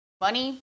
money